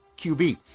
QB